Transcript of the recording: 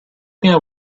prima